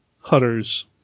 Hutter's